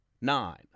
nine